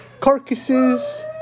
carcasses